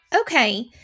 Okay